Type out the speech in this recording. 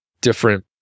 different